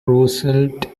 roosevelt